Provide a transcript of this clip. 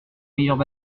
meilleurs